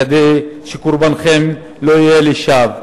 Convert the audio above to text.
כדי שקורבנכם לא יהיה לשווא.